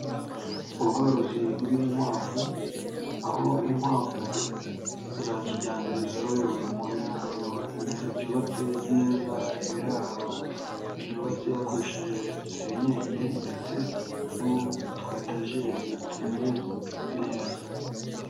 Ubworozi bw'inkwavu aho inkwavu za kijyambere zororewe mu biraro byubatse neza, ibiraro byubatse hakoresheje senyenge ndetse n'utu etajeri tumeze neza.